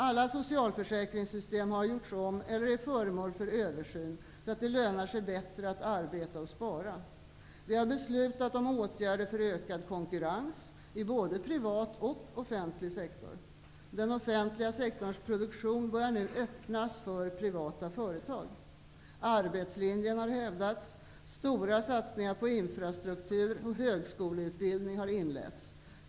Alla socialförsäkringssystem har gjorts om eller är föremål för översyn, så att det lönar sig bättre att arbeta och spara. Vi har beslutat om åtgärder för ökad konkurrens i både privat och offentlig sektor. Den offentliga sektorns produktion börjar nu öppnas för privata företag. Arbetslinjen har hävdats. Stora satsningar på infrastruktur och högskoleutbildning har inletts.